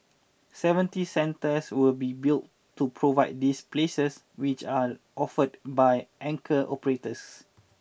seventy centres will be built to provide these places which are offered by anchor operators